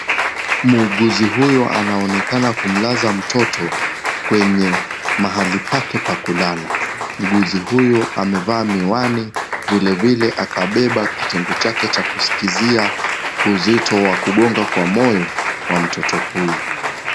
Muuguzi huyu anaonekana kumlaza mtoto kwenye mahali pake pa kulala. Muuguzi huyu amevaa miwani vile vile akabeba kitengo chake cha kuskizia uzito wa kugonga kwa moyo wa mtoto huyu.